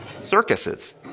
circuses